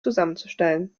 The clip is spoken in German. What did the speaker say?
zusammenzustellen